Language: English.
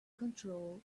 control